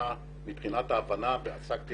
מבחינת ההבנה ועסקתי